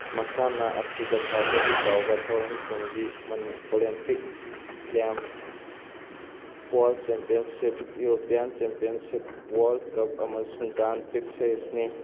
ꯃꯁꯥꯟꯅ ꯑꯁꯤꯗ ꯈ꯭ꯋꯥꯏꯗꯒꯤ ꯆꯥꯎꯕ ꯊꯧꯔꯝꯁꯤꯡꯗꯤ Olympic games world championship European championship world cup ꯑꯃꯁꯨꯡ ꯒ꯭ꯔꯥꯟ ꯄꯤꯛ ꯁꯦꯔꯤꯁꯅꯤ